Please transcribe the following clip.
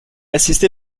assisté